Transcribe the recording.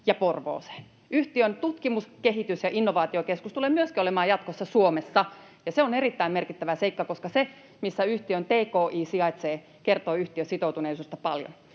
ja Porvooseen. Myöskin yhtiön tutkimus‑, kehitys‑ ja innovaatiokeskus tulee olemaan jatkossa Suomessa, ja se on erittäin merkittävä seikka, koska se, missä yhtiön tki sijaitsee, kertoo paljon yhtiön sitoutuneisuudesta.